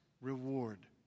reward